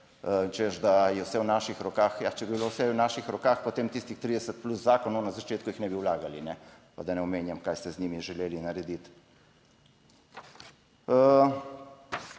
če bi bilo vse v naših rokah, potem tistih 30+ zakonov na začetku jih ne bi vlagali, ne pa, da ne omenjam kaj ste z njimi želeli narediti.